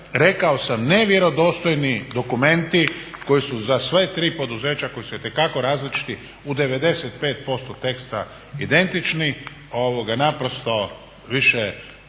rekao sam nevjerodostojni dokumenti koji su za sva tri poduzeća koji su itekako različiti u 95% teksta identični naprosto više